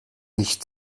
nicht